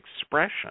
expression